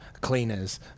cleaners